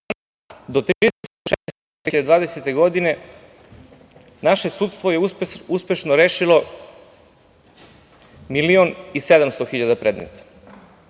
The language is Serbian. do 30. juna 2020. godine naše sudstvo je uspešno rešilo 1.700.000 predmeta.